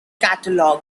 catalogue